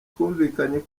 twumvikanye